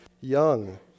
young